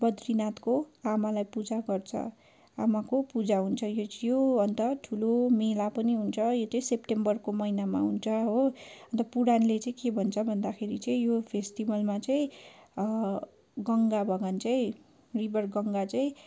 बद्रीनाथको आमालाई पूजा गर्छ आमाको पूजा हुन्छ यो अन्त ठुलो मेला पनि हुन्छ यो चाहिँ सेप्टेम्बरको महिनामा हुन्छ हो अन्त पुराणले चाहिँ के भन्छ भन्दाखेरि चाहिँ यो फेस्टिबलमा चाहिँ गङ्गा भगवान चाहिँ रिभर गङ्गा चाहिँ